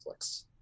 Netflix